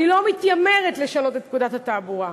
אני לא מתיימרת לשנות את פקודת התעבורה,